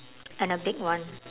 and a big one